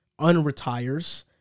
unretires